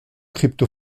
crypto